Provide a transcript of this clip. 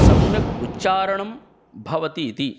सम्यग् उच्चारणं भवति इति